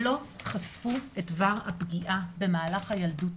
לא חשפו את דבר הפגיעה במהלך הילדות.